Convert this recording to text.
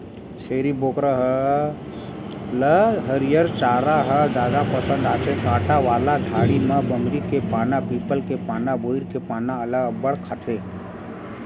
छेरी बोकरा ल हरियर चारा ह जादा पसंद आथे, कांटा वाला झाड़ी म बमरी के पाना, पीपल के पाना, बोइर के पाना ल अब्बड़ खाथे